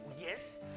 Yes